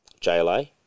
JLA